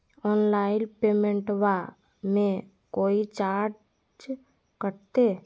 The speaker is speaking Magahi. ऑनलाइन पेमेंटबां मे कोइ चार्ज कटते?